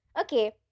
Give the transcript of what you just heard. Okay